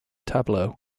tableau